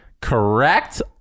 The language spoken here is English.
correct